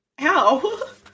Ow